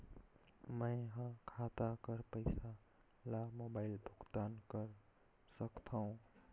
मैं ह खाता कर पईसा ला मोबाइल भुगतान कर सकथव?